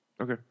okay